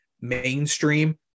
mainstream